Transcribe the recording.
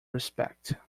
respect